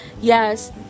yes